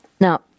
Now